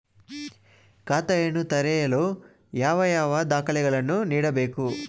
ಖಾತೆಯನ್ನು ತೆರೆಯಲು ಯಾವ ಯಾವ ದಾಖಲೆಗಳನ್ನು ನೀಡಬೇಕು?